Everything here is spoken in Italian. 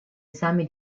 esami